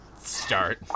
Start